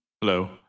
hello